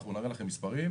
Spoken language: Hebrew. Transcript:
אנחנו נראה לכם מספרים.